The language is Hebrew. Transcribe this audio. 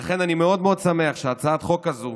לכן, אני מאוד מאוד שמח שהצעת החוק הזו